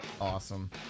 Awesome